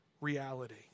reality